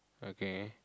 okay